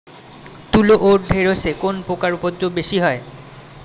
তুলো ও ঢেঁড়সে কোন পোকার উপদ্রব বেশি হয়?